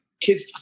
kid's